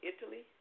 Italy